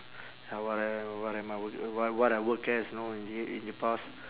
how what I what am I work uh wh~ what I work as you know i~ in the past